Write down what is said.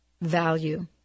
value